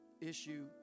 issue